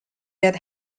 that